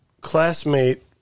classmate